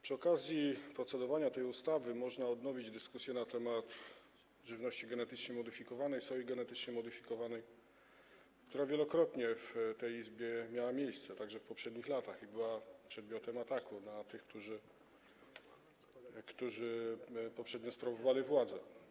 Przy okazji procedowania nad tą ustawą można odnowić dyskusję na temat żywności genetycznie modyfikowanej, soi genetycznie modyfikowanej, która wielokrotnie w tej Izbie miała miejsce, także w poprzednich latach, kiedy była przedmiotem ataku na tych, którzy poprzednio sprawowali władzę.